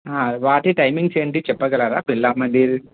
వాటి టైమింగ్స్ ఏంటి చెప్పగలరా బిర్లా మందిర్